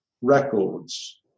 records